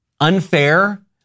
Unfair